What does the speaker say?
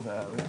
וכדי